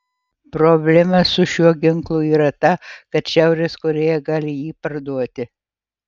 problema su šiuo ginklu yra ta kad šiaurės korėja gali jį parduoti